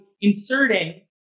inserting